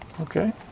Okay